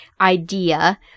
idea